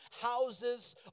Houses